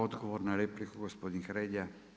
Odgovor na repliku, gospodin Hrelja.